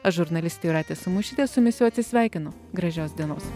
aš žurnalistė jūratė samušytė jau atsisveikinu gražios dienos